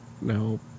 No